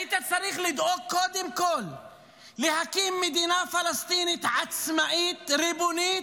היית צריך לדאוג קודם כול להקים מדינה פלסטינית עצמאית ריבונית,